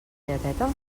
lleteta